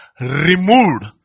removed